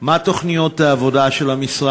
2. מה היא תוכנית העבודה של המשרד?